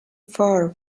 far